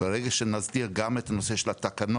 ברגע שנסדיר כאן גם את נושא התקנון,